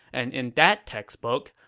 and in that textbook,